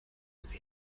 sie